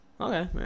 Okay